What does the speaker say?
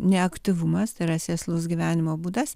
neaktyvumas yra sėslus gyvenimo būdas